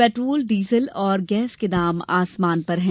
petrol diesel और gas के दाम आसमान पर है